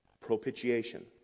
Propitiation